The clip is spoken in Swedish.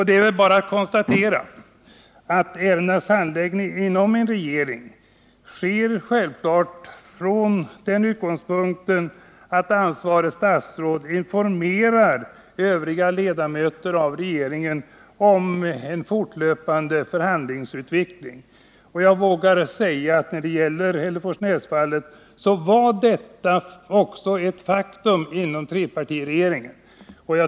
Det är bara att konstatera att ärendenas handläggning inom en regering självfallet sker från den utgångspunkten att ansvarigt statsråd informerar övriga ledamöter av regeringen om en fortlöpande förhandlingsutveckling. När det gäller Hälleforsnäsfallet var detta också ett faktum inom trepartiregeringen.